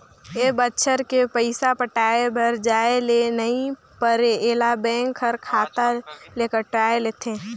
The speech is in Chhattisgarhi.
ए बच्छर के पइसा पटाये बर जाये ले नई परे ऐला बेंक हर खाता ले कायट लेथे